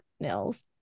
nails